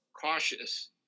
cautious